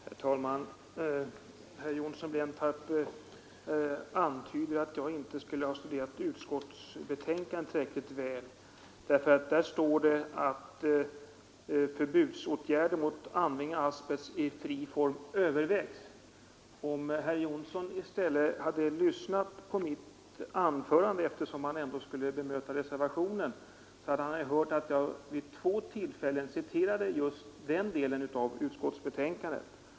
Herr talman! Herr Johnsson i Blentarp antydde att jag inte skulle ha studerat utskottsbetänkandet tillräckligt väl. Där står det nämligen att förbudsåtgärder mot användning av asbest i fri form övervägs. Om herr Johnsson i stället — eftersom han skulle bemöta reservationen — hade lyssnat på mitt anförande, skulle han ha hört att jag vid två tillfällen citerade just den delen av utskottets betänkande.